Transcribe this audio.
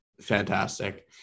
fantastic